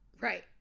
Right